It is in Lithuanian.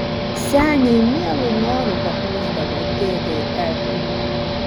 seniai mielu noru paklusdavo dėdei edui